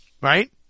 right